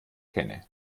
kenne